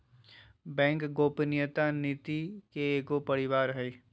bank गोपनीयता नीति के एगो परिवार हइ